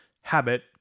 habit